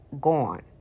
gone